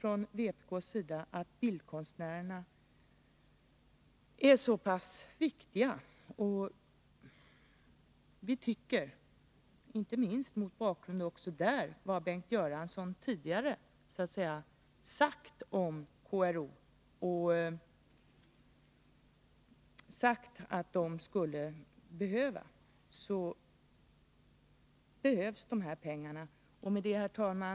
Vi i vpk tycker att bildkonstnärerna är mycket viktiga. Inte minst mot bakgrund av vad Bengt Göransson tidigare har sagt om KRO och om vad bildkonstnärerna bör ha, hävdar vi att de här pengarna behövs. Herr talman!